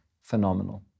phenomenal